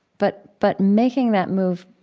but but making that move,